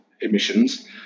emissions